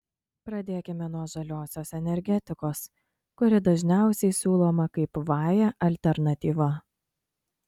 pradėkime nuo žaliosios energetikos kuri dažniausiai siūloma kaip vae alternatyva